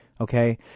okay